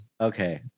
Okay